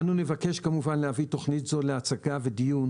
אנו נבקש כמובן להביא תוכנית זו להצגה ודיון,